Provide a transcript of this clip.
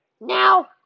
Now